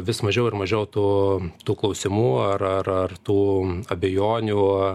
vis mažiau ir mažiau tų tų klausimų ar ar tų abejonių